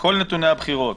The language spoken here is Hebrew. כל נתוני הבחירות,